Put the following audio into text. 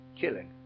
killing